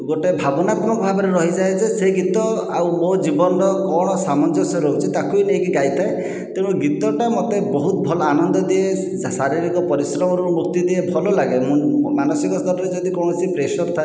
ଗୋଟେ ଭାବନାତ୍ମକ ଭାବରେ ରହିଯାଏ ଯେ ସେ ଗୀତ ଆଉ ମୋ ଜୀବନର କଣ ସାମଞ୍ଜସ୍ୟ ରହୁଛି ତାକୁ ବି ନେଇକି ଗାଇଥାଏ ତେଣୁ ଗୀତଟା ମତେ ବହୁତ ଭଲ ଆନନ୍ଦ ଦିଏ ସେ ଶାରୀରିକ ପରିଶ୍ରମରୁ ମୁକ୍ତି ଦିଏ ଭଲ ଲାଗେ ମାନସିକ ସ୍ତରରେ ଯଦି କୌଣସି ପ୍ରେସର ଥାଏ